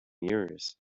years